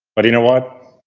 but you know what?